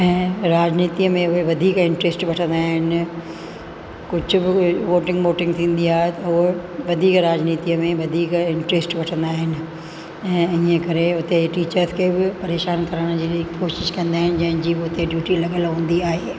ऐं राजनीतीअ में वधीक इंट्रस्ट वठंदा आहिनि कुझ बि वोटिंग बोटिंग थींदी आहे त उहे वधीक राजनीतीअ में वधीक इंटरस्ट वठंदा आहिनि ऐं ईअं करे उते टीचर्स खे बि परेशान करण जी कोशिश कंदा आहिनि जंहिंजी बि उते ड्यूटी लॻियलु हूंदी आहे